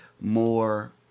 more